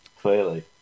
Clearly